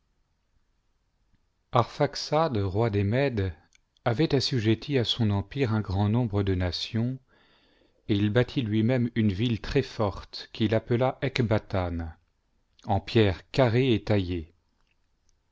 arphaxad roi des mèdes avait assujetti à son empire un grand eombre de nations et il bâtit lui-même une ville très forte qu'il appela ecbatane en pierres carrées et taillées